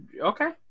Okay